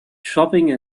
shopping